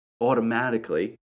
automatically